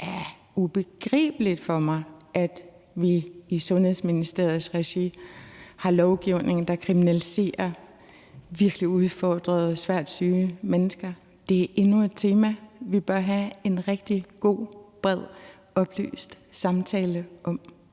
Det er ubegribeligt for mig, at vi i Sundhedsministeriets regi har lovgivning, der kriminaliserer virkelig udfordrede og svært syge mennesker. Det er endnu et tema, vi bør have en rigtig god, bred og oplyst samtale om.